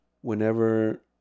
Whenever